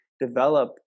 develop